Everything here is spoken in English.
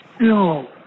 No